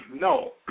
no